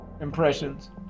impressions